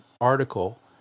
article